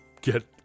get